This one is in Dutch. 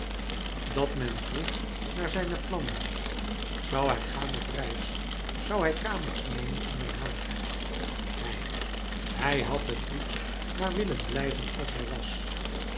dat men vroeg naar zijne plannen zoû hij gaan op reis zoû hij kamers nemen in den haag hij hij had het liefst maar willen blijven als hij was